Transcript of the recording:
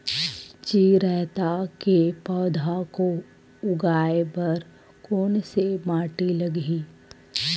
चिरैता के पौधा को उगाए बर कोन से माटी लगही?